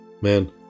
Man